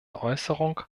äußerung